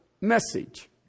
message